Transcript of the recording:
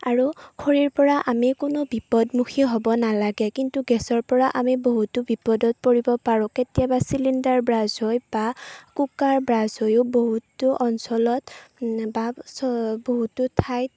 আৰু খৰিৰ পৰা আমি কোনো বিপদমুখী হ'ব নালাগে কিন্তু গেছৰ পৰা আমি বহুতো বিপদত পৰিব পৰোঁ কেতিয়াবা চিলিণ্ডাৰ ব্ৰাছ হৈ বা কুকাৰ ব্ৰাছ হৈয়ো বহুতো অঞ্চলত বা বহুতো ঠাইত